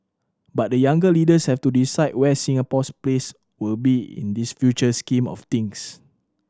but the younger leaders have to decide where Singapore's place will be in this future scheme of things